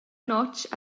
notg